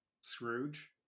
Scrooge